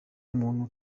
umuntu